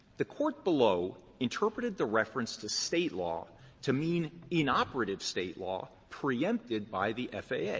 the court below interpreted the reference to state law to mean inoperative state law preempted by the faa. yeah